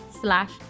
slash